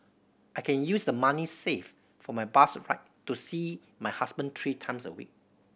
I can use the money saved for my bus ride to see my husband three times a week